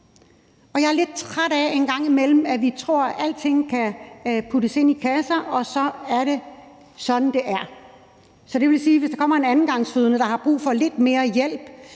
imellem lidt træt af, at vi tror, at alting kan puttes i kasser, og at så er det sådan, det er. Der kan måske komme en andengangsfødende, der har brug for lidt mere hjælp,